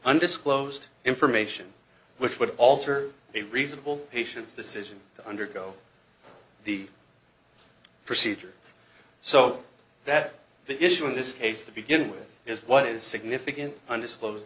undisclosed information which would alter a reasonable patient's decision to undergo the procedure so that the issue in this case to begin with is what is significant undisclosed